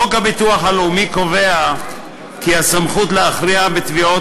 חוק הביטוח הלאומי קובע כי הסמכות להכריע בתביעות